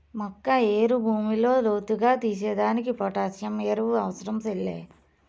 మొక్క ఏరు భూమిలో లోతుగా తీసేదానికి పొటాసియం ఎరువు అవసరం సెల్లే